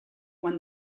when